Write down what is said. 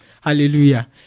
Hallelujah